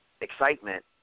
excitement